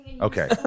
Okay